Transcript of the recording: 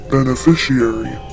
Beneficiary